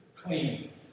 Clean